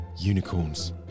Unicorns